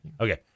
Okay